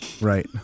Right